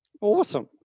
Awesome